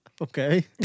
Okay